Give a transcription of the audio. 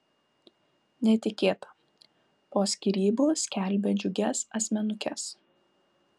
netikėta po skyrybų skelbia džiugias asmenukes